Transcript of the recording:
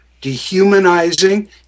dehumanizing